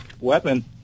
weapon